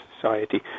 society